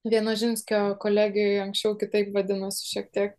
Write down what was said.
vienožinskio kolegijoj anksčiau kitaip vadinos šiek tiek